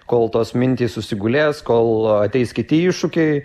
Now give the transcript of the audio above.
kol tos mintys susigulės kol ateis kiti iššūkiai